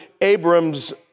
Abram's